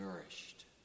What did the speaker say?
nourished